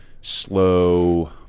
slow